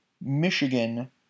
Michigan